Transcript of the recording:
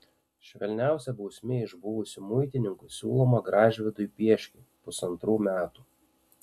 švelniausia bausmė iš buvusių muitininkų siūloma gražvydui pieškui pusantrų metų